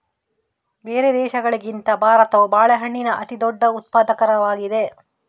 ಬೇರೆ ದೇಶಗಳಿಗಿಂತ ಭಾರತವು ಬಾಳೆಹಣ್ಣಿನ ಅತಿದೊಡ್ಡ ಉತ್ಪಾದಕವಾಗಿದೆ